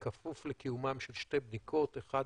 בכפוף לקיומן של שתי בדיקות אחת